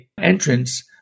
entrance